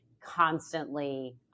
constantly